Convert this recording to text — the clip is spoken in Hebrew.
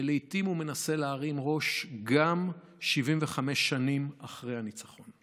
ולעיתים הוא מנסה להרים ראש גם 75 שנים אחרי הניצחון.